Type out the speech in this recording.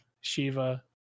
Shiva